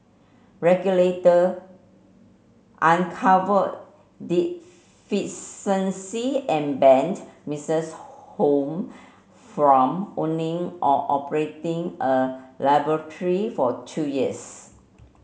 regulator uncovered deficiency and banned Misses Holmes from owning or operating a laboratory for two years